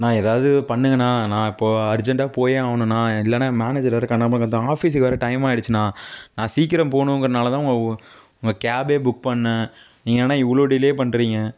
ணா எதாவது பண்ணுங்கண்ணா நான் இப்போது அர்ஜன்ட்டாக போயே ஆகணுண்ணா இல்லைனா என் மேனேஜரு வேற கன்னாபின்னானு கத்துவான் ஆஃபீஸுக்கு வேறே டைம் ஆகிடுச்சிண்ணா நான் சீக்கிரம் போகணுங்கிறனால தான் உங்கள் உங்கள் கேப் புக் பண்ணேன் நீங்கள் என்னன்னா இவ்வளோ டிலே பண்றிங்க